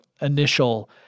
initial